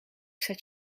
zet